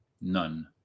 none